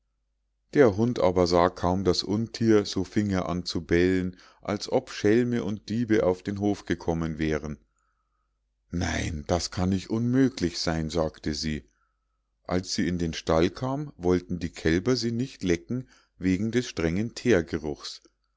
der hund aber sah kaum das unthier so fing er an zu bellen als ob schelme und diebe auf den hof gekommen wären nein das kann ich unmöglich sein sagte sie als sie in den stall kam wollten die kälber sie nicht lecken wegen des strengen